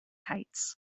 heights